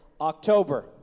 October